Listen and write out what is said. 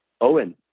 Owen